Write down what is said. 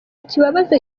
kibabaza